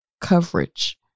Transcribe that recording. coverage